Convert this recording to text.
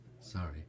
Sorry